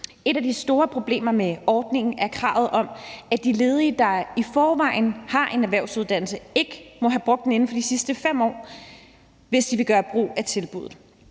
Et af de store problemer med ordningen er kravet om, at de ledige, der i forvejen har en erhvervsuddannelse, ikke må have brugt den inden for de sidste 5 år, hvis de vil gøre brug af tilbuddet.